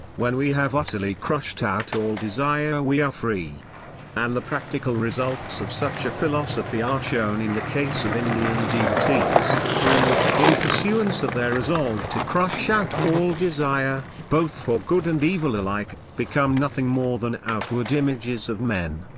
when we have utterly crushed out all desire we are free and the practical results of such a philosophy are shown in the case of indian devotees, who, in pursuance of their resolve to crush out all desire, both for good and evil alike, become nothing more than outward images of men,